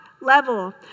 level